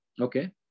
Okay